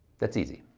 that's easy.